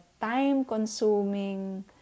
time-consuming